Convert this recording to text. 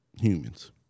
Humans